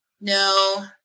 No